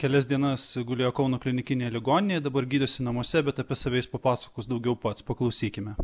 kelias dienas gulėjo kauno klinikinėje ligoninėje dabar gydosi namuose bet apie save jis papasakos daugiau pats paklausykime